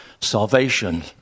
Salvation